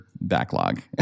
backlog